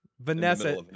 Vanessa